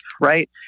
right